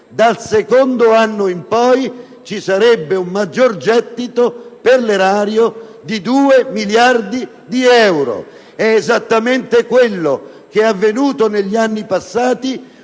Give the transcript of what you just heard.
dal secondo anno in poi, ci sarebbe un maggior gettito per l'erario di 2 miliardi di euro. È esattamente quello che è avvenuto negli anni passati